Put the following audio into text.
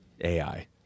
AI